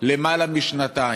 למעלה משנתיים?